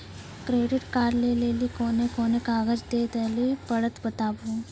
Credit card लै के लेली कोने कोने कागज दे लेली पड़त बताबू?